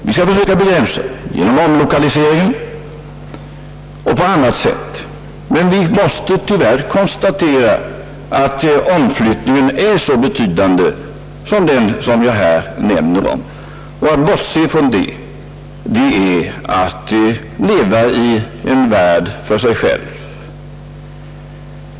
Vi skall försöka begränsa denna utveckling genom omlokalisering och på annat sätt, men vi måste tyvärr konstatera att omflyttningen är så betydande som jag här framhållit. Att bortse från detta är att leva i en värld för sig själv.